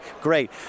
great